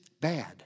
bad